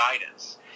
guidance